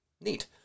neat